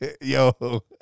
Yo